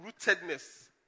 rootedness